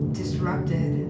disrupted